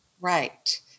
Right